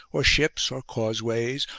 or ships or causeways,